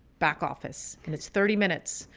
back office, and it's thirty minutes.